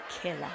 killer